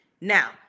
Now